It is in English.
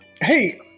Hey